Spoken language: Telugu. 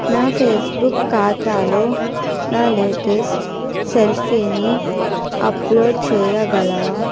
నా ఫేస్బుక్ ఖాతాలో నా లేటెస్ట్ సెల్ఫీని అప్లోడ్ చేయగలవా